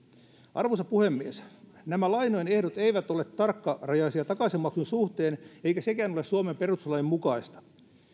arvoisa puhemies nämä lainojen ehdot eivät ole tarkkarajaisia takaisinmaksun suhteen eikä sekään ole suomen perustuslain mukaista